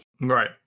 right